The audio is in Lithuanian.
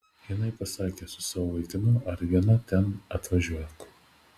jinai pasakė su savo vaikinu ar viena ten atvažiuok